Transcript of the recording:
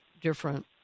different